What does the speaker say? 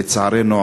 לצערנו,